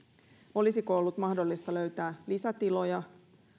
olisiko ollut mahdollista löytää lisätiloja